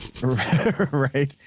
Right